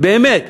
באמת,